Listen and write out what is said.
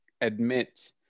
admit